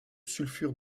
sulfure